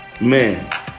Man